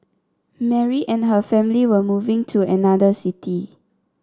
Mary and her family were moving to another city